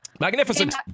magnificent